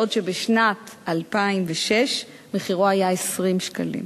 בעוד שבשנת 2006 מחירו היה 20 שקלים.